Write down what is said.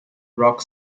rock